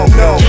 no